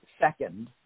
second